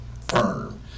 firm